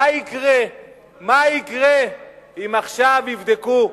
מה יקרה אם עכשיו יבדקו,